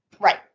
Right